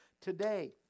today